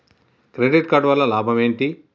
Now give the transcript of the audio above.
Credit card వల్ల లాభం ఏంటి?